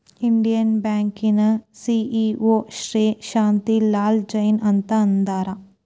Indian ಬ್ಯಾಂಕಿನ CEO Shri Shanti Lal Jain ಅಂತ ಅದಾರ